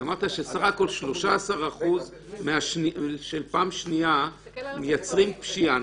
-- אמרת שסך הכול 13% פעם השנייה מייצרים פשיעה,